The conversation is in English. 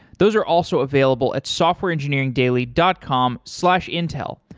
those are also available at softwareengineeringdaily dot com slash intel.